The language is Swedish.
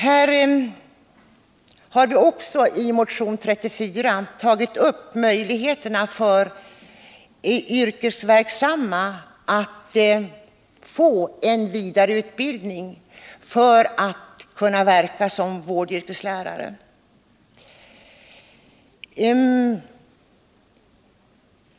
Centern har också i motion 34 tagit upp möjligheterna för yrkesverksamma att få vidareutbildning för att kunna verka som vårdyrkeslärare.